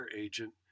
agent